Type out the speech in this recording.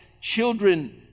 children